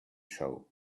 show